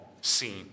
seen